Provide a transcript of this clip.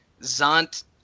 Zant